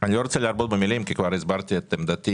אני לא רוצה להרבות במילים כי כבר הסברתי את עמדתי,